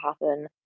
happen